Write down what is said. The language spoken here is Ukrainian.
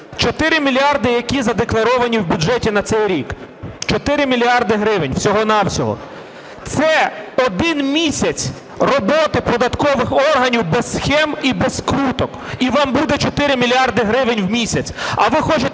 4 мільярди, які задекларовані в бюджеті на цей рік, 4 мільярди гривень всього-на-всього. Це один місяць роботи податкових органів без схем і без вкруток – і вам буде 4 мільярди гривень у місяць.